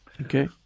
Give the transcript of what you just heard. okay